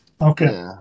Okay